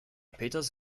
peters